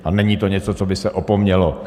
A není to něco, co by se opomnělo.